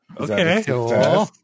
Okay